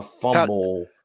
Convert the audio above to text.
fumble